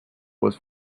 was